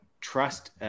trust